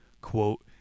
Quote